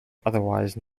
otherwise